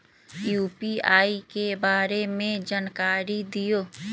UPI के बारे में जानकारी दियौ?